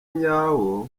nyawe